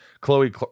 Chloe